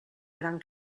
gran